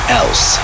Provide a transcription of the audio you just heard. else